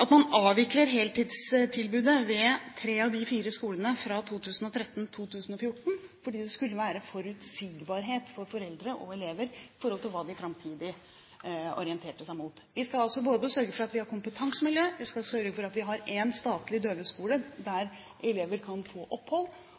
å avvikle heltidstilbudet ved tre av de fire skolene fra 2013/2014, fordi det skal være forutsigbarhet for foreldre og elever i forhold til hva de framtidig orienterer seg mot. Vi skal altså både sørge for at vi har et kompetansemiljø, og vi skal sørge for at vi har én statlig døveskole der elever kan få opphold.